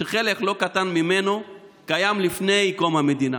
וחלק לא קטן ממנו קיים לפני קום המדינה.